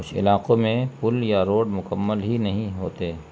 کچھ علاقوں میں پل یا روڈ مکمل ہی نہیں ہوتے